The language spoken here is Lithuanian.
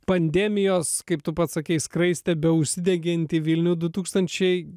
pandemijos kaip tu pats sakei skraistę be užsideginti vilnių du tūkstančiai